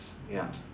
ya